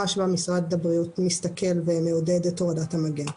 שבה משרד הבריאות מסתכל ומעודד את הורדת המגן.